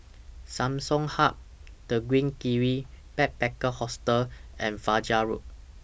Samsung Hub The Green Kiwi Backpacker Hostel and Fajar Road